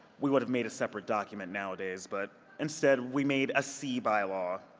we would have made a separate document nowadays. but instead we made a c bylaw.